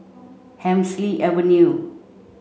Hemsley Avenue